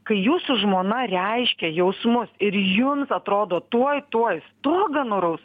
kai jūsų žmona reiškia jausmus ir jums atrodo tuoj tuoj stogą nuraus